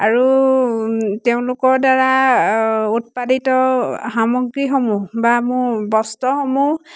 আৰু তেওঁলোকৰদ্বাৰা উৎপাদিত সামগ্ৰীসমূহ বা মোৰ বস্ত্ৰসমূহ